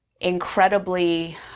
incredibly